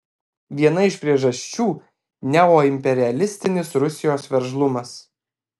viena iš priežasčių neoimperialistinis rusijos veržlumas